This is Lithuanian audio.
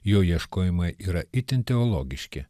jo ieškojimai yra itin technologiški